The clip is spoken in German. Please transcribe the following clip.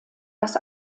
dass